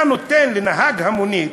אתה נותן לנהג המונית,